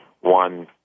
one